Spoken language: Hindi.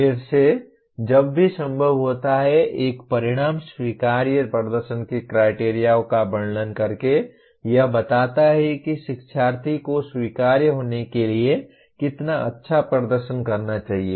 फिर से जब भी संभव होता है एक परिणाम स्वीकार्य प्रदर्शन की क्राइटेरिओं का वर्णन करके यह बताता है कि शिक्षार्थी को स्वीकार्य होने के लिए कितना अच्छा प्रदर्शन करना चाहिए